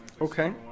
Okay